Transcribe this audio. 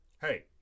hey